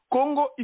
Congo